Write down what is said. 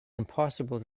impossible